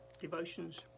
devotions